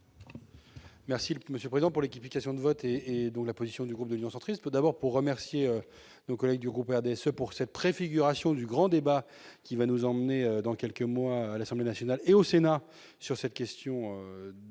Merci le Monsieur présent pour l'équipe, situation de voter et donc la position du groupe de Lyon centriste d'abord pour remercier nos collègues du groupe RDSE pour cette préfiguration du grand débat qui va nous emmener dans quelques mois, à l'Assemblée nationale et au Sénat, sur cette question de de la fonction